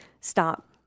stop